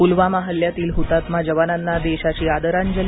पुलवामा हल्ल्यातील हुतात्मा जवानांना देशाची आदरांजली